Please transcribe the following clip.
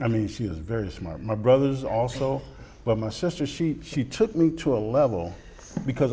i mean she was very smart my brothers also but my sister she she took me to a level because